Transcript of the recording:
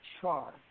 char